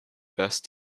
best